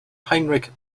heinrich